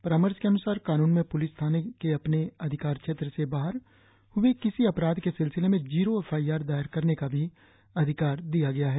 परामर्श के अन्सार कानून में पुलिस थाने के अपने अधिकार क्षेत्र से बाहर हुए किसी अपराध के सिलसिले में जीरो एफआईआर दायर करने का भी अधिकार दिया गया है